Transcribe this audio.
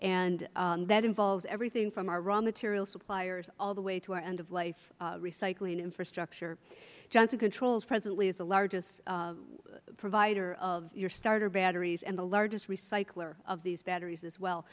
and that involves everything from our raw materials suppliers all the way to our end of life recycling infrastructure johnson controls presently is the largest provider of your starter batteries and the largest recycler of these batteries as well